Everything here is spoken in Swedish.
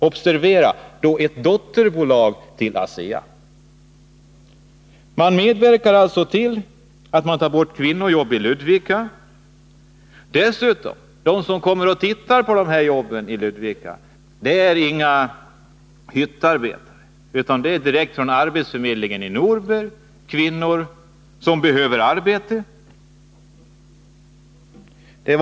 Observera att det är fråga om ett dotterbolag till ASEA! ASEA tar alltså bort kvinnojobb i Ludvika. De som kommer och tittar på jobben i Ludvika är dessutom inte hyttarbetare, utan det är kvinnor som behöver arbete och kommer direkt från arbetsförmedlingen i Norberg.